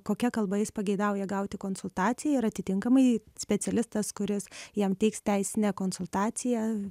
kokia kalba jis pageidauja gauti konsultaciją ir atitinkamai specialistas kuris jam teiks teisinę konsultaciją